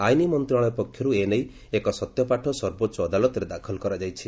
ଆଇନ ମନ୍ତ୍ରଣାଳୟ ପକ୍ଷରୁ ଏ ନେଇ ଏକ ସତ୍ୟପାଠ ସର୍ବୋଚ୍ଚ ଅଦାଲତରେ ଦାଖଲ କରାଯାଇଛି